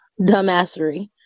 dumbassery